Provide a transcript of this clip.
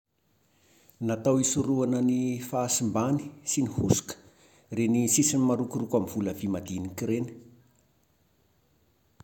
Natao hisorohana ny fahasimbany sy ny hosoka ireny sisiny marokoroko amin'ny vola vy madinika ireny